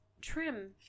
trim